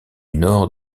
nord